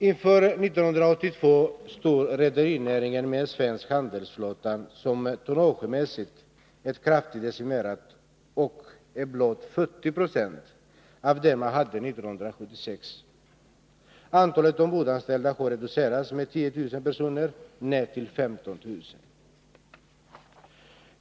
Inför 1982 står rederinäringen med en svensk handelsflotta som tonnagemässigt är kraftigt decimerad och som uppgår till blott 40 96 av 1976 års flotta. Antalet ombordanställda har reducerats med 10 000 personer ned till 15 000.